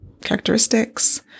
characteristics